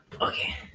Okay